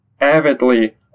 avidly